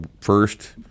first